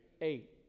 Eight